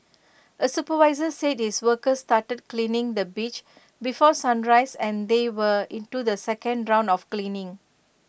A supervisor said his workers started cleaning the beach before sunrise and they were into the second round of cleaning